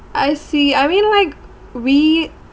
I see I mean like we